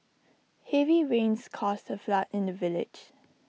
heavy rains caused A flood in the village